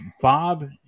Bob